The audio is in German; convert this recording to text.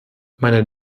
meine